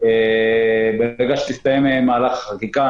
ברגע שיסתיים מהלך החקיקה,